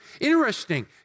interesting